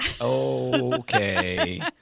Okay